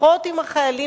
השיחות עם החיילים,